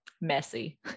messy